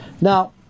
Now